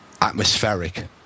atmospheric